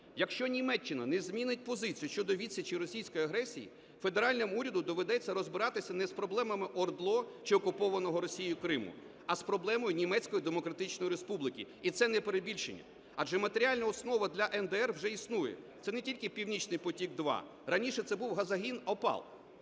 Якщо Німеччина не змінить позицію щодо відсічі російської агресії, федеральному уряду доведеться розбиратися не з проблемами ОРДЛО чи окупованого Росією Криму, а з проблемою Німецької Демократичної Республіки, і це не перебільшення. Адже матеріальна основа для НДР вже існує. Це не тільки "Північний потік – 2", раніше це був газогін "Опал",